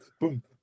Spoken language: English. boom